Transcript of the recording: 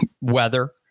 weather